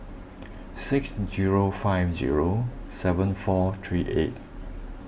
six zero five zero seven four three eight